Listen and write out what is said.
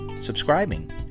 subscribing